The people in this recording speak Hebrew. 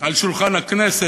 על שולחן הכנסת,